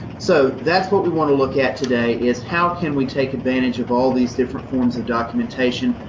so that's what we want to look at today, is how can we take advantage of all these different forms of documentation,